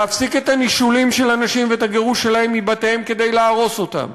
להפסיק את הנישולים של אנשים ואת הגירוש שלהם מבתיהם כדי להרוס אותם,